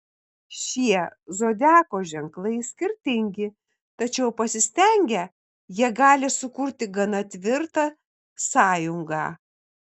šie zodiako ženklai skirtingi tačiau pasistengę jie gali sukurti gana tvirtą sąjungą